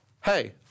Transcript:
hey